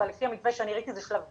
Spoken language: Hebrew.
אבל לפי המתווה שאני ראיתי זה שלב ג',